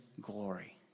glory